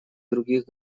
других